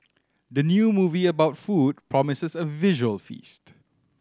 the new movie about food promises a visual feast